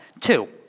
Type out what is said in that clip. Two